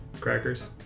crackers